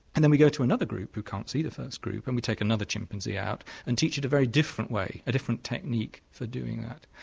and then we go to another group who can't see the first group and we take another chimpanzee out and teach it a very different way, a different technique for doing that.